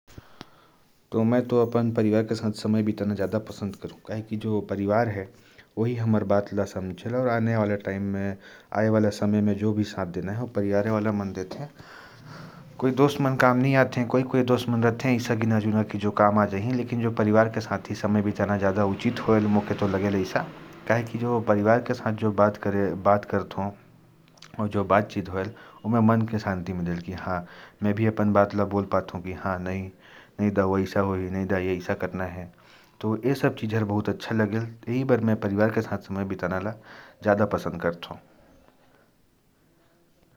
तो मैं अपने परिवार के साथ समय बिताना ज्यादा अच्छा लगता है और मन को शांति मिलती है। क्या है, दोस्त कभीकाम नहीं आते, कुछ दोस्त हैं जो समय पर काम आते हैं। इसी कारण, मैं परिवार से बात करना और परिवार के साथ रहना ज्यादा पसंद करता हूँ।